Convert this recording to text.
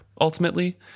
ultimately